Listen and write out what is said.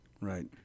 Right